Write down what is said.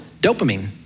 dopamine